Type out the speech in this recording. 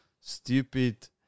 stupid